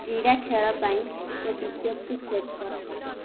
କ୍ରୀଡ଼ା ଖେଳ ପାଇଁ ଏକ ବିଜ୍ଞପ୍ତି ସେଟ୍ କର